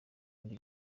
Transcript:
bindi